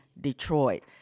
Detroit